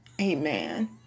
amen